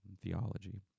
theology